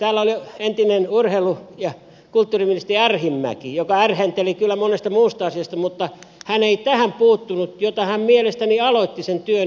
esimerkiksi entinen urheilu ja kulttuuriministeri arhinmäki ärhenteli täällä kyllä monesta muusta asiasta mutta hän ei tähän puuttunut vaikka hän mielestäni aloitti sen työn ihan hyvin